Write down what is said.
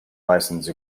license